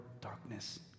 darkness